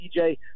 DJ